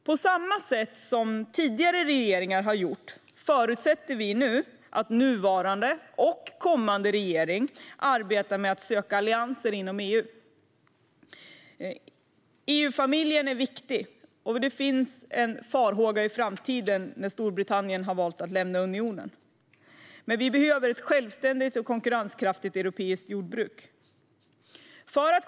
På samma sätt som tidigare regeringar förutsätter vi att nuvarande och kommande regering arbetar med att söka allianser inom EU. EU-familjen är viktig, och det finns en farhåga inför framtiden, då Storbritannien har valt att lämna EU. Vi behöver ett självständigt och konkurrenskraftigt europeiskt jordbruk.